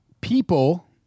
people